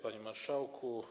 Panie Marszałku!